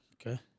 Okay